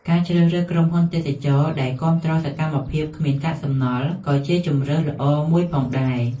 ការជ្រើសរើសក្រុមហ៊ុនទេសចរណ៍ដែលគាំទ្រសកម្មភាពគ្មានកាកសំណល់ក៏ជាជម្រើសល្អមួយផងដែរ។